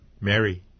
Mary